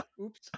oops